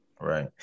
Right